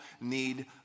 need